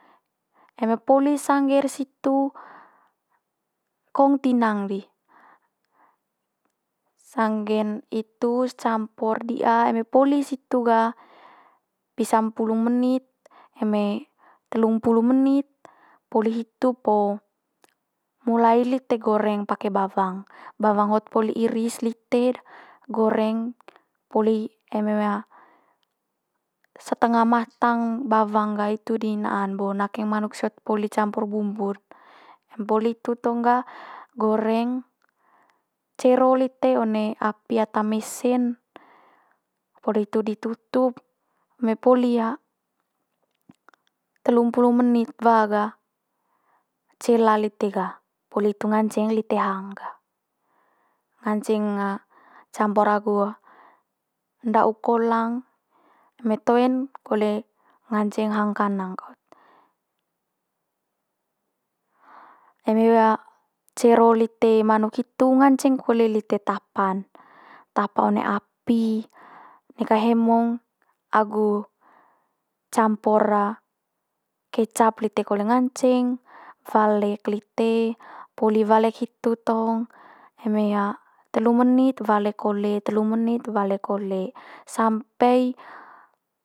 Eme poli sangge'r situ, kong tinang di sanggen itu's campur di'a eme poli situ ga pisa mpulu menit, eme telumpulu menit poli hitu po mulai lite goreng pake bawang, bawang hot poli iris lite'd goreng poli eme setenga matang bawang ga, itu di naan bo nakeng manuk siot poli campur bumbu'r. Me poli itu tong ga, goreng cero lite one api ata mesen, poli itu di tutup. Me poli telu mpulu menit wa ga cela lite ga. Poli itu nganceng lite hang gah, nganceng lite campur agu nda'uk kolang, eme toe'n kole nganceng hang kanang kaut. Eme cero lite manuk hitu nganceng kole lite tapa'n. Tapa one api, neka hemong agu campur kecap lite kole nganceng, walek lite poli walek hitu tong, eme telu menit walek kole, telu menit walek kole sampai.